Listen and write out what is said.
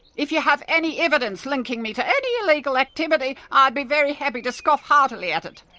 if you have any evidence linking me to any illegal activity, i'd be very happy to scoff heartily at it.